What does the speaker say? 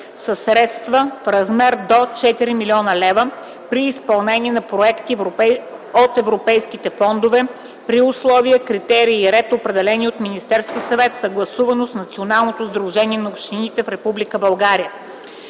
със средства в размер до 4 000,0 хил.лв. при изпълнение на проекти от европейските фондове при условия, критерии и ред, определени от Министерския съвет, съгласувано с Националното сдружение на общините в